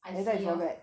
I don't know y'all